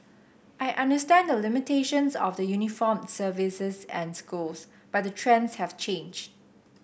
I understand the limitations of the uniformed services and schools but the trends have changed